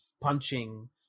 punching